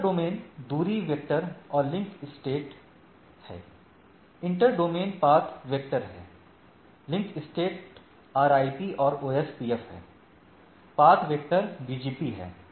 intradomain दूरी vector और link स्टेटहै इंटर डोमेन पाथ वेक्टर है लिंक स्टेट RIP और OSPF है और पाथ वेक्टर BGP है